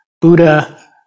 Buddha